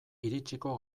iritsiko